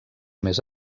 més